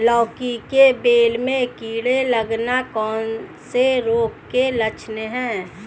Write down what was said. लौकी की बेल में कीड़े लगना कौन से रोग के लक्षण हैं?